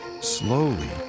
Slowly